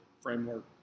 Framework